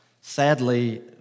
sadly